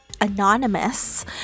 anonymous